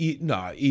no